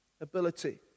ability